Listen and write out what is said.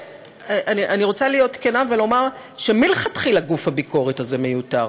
אני רוצה להיות כנה ולומר שמלכתחילה גוף הביקורת הזה מיותר,